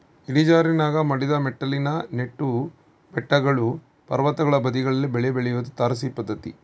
ಇಳಿಜಾರಿನಾಗ ಮಡಿದ ಮೆಟ್ಟಿಲಿನ ನೆಟ್ಟು ಬೆಟ್ಟಗಳು ಪರ್ವತಗಳ ಬದಿಗಳಲ್ಲಿ ಬೆಳೆ ಬೆಳಿಯೋದು ತಾರಸಿ ಪದ್ಧತಿ